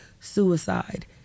suicide